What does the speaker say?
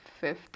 fifth